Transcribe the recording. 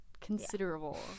Considerable